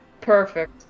Perfect